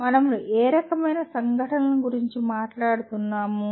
మనం ఏ రకమైన సంఘటనల గురించి మాట్లాడుతున్నాము